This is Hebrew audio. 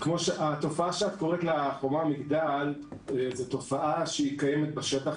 התופעה שאת קוראת לה "חומה ומגדל" זו תופעה שקיימת בשטח,